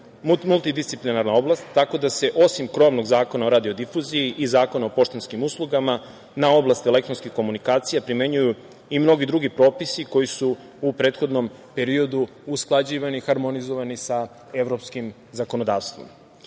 multidisciplinarna oblast, tako da se osim krovnog Zakona radio difuziji i Zakona o poštanskim uslugama, na oblast elektronske komunikacije primenjuju i mnogi drugi propisi koji su u prethodnom periodu usklađivani, harmonizovani sa evropskim zakonodavstvom. Polazeći